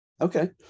okay